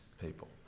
people